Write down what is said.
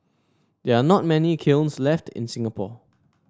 there are not many kilns left in Singapore